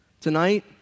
Tonight